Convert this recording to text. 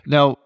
Now